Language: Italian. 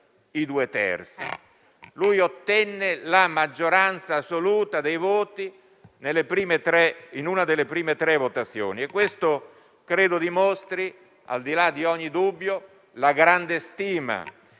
dei votanti. Lui ottenne la maggioranza assoluta dei voti in una delle prime tre votazioni. Credo che questo dimostri, al di là di ogni dubbio, la grande stima